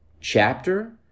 chapter